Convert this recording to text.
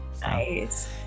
Nice